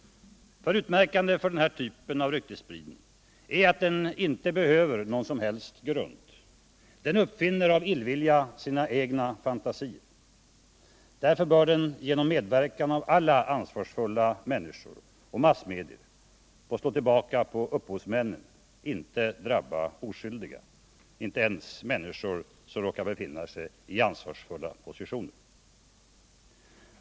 För utmärkande för den här typen av ryktesspridning är att den inte behöver någon som helst grund. Den uppfinner av illvilja sina egna fantasier. Därför bör den genom medverkan av alla ansvarsfulla människor och massmedier få slå tillbaka på upphovsmännen, inte drabba oskyldiga, inte ens människor som råkar befinna sig i 55 ansvarsfulla positioner.